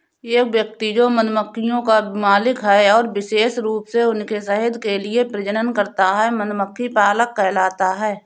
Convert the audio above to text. एक व्यक्ति जो मधुमक्खियों का मालिक है और विशेष रूप से उनके शहद के लिए प्रजनन करता है, मधुमक्खी पालक कहलाता है